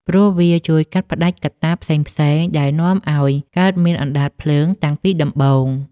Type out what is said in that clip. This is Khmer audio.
ព្រោះវាជួយកាត់ផ្ដាច់កត្តាផ្សេងៗដែលនាំឱ្យកើតមានអណ្ដាតភ្លើងតាំងពីដំបូង។